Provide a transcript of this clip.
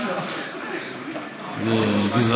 אה, לא הזכרת את השם שלו.